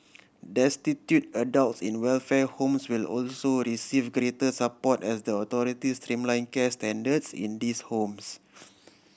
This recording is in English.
destitute adults in welfare homes will also receive greater support as the authorities streamline care standards in these homes